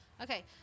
Okay